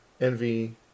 envy